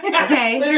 Okay